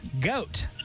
goat